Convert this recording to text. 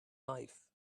life